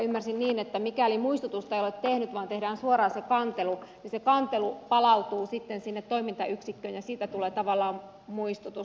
ymmärsin niin että mikäli muistutusta ei ole tehty vaan tehdään suoraan se kantelu niin se kantelu palautuu sitten sinne toimintayksikköön ja siitä tulee tavallaan muistutus